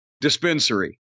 dispensary